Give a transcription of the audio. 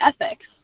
ethics